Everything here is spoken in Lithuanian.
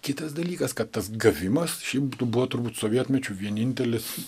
kitas dalykas kad tas gavimas šiaip buvo turbūt sovietmečiu vienintelis